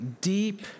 deep